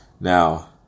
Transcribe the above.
Now